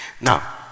Now